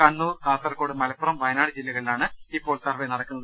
കണ്ണൂർ കാസർകോട് മലപ്പുറം വയനാട് ജില്ലകളിലാണ് ഇപ്പോൾ സർവ്വെ നടത്തുന്നത്